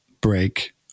break